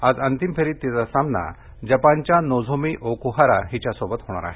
आज अंतिम फेरीत सिंध्रचा सामना जपानच्या नोझोमी ओक्हारा हिच्यासोबत होणार आहे